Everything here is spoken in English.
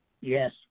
Yes